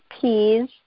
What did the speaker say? peas